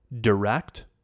direct